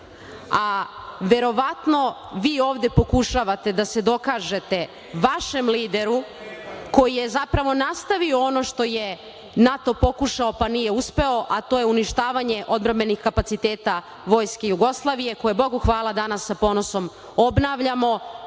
vi ovde pokušavate da se dokažete vašem lideru, koji je zapravo, nastavio ono što je NATO pokušao pa nije uspeo, a to je uništavanje odbrambenih kapaciteta Vojske Jugoslavije, koja je Bogu hvala danas sa ponosom obnavljamo,